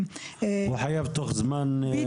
הוא חייב תוך זמן קצוב לתת תשובה?